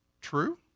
true